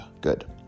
Good